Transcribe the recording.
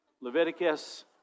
Leviticus